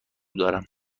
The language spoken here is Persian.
دارم